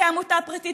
כעמותה פרטית,